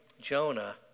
Jonah